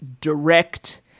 direct